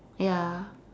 ya